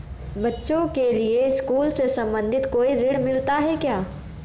बच्चों के लिए स्कूल से संबंधित कोई ऋण मिलता है क्या?